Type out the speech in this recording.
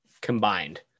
combined